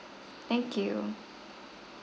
thank you